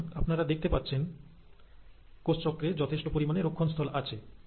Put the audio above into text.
সুতরাং আপনারা দেখতে পাচ্ছেন কোষ চক্রে যথেষ্ট পরিমাণে রক্ষণস্থল আছে